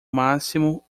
máximo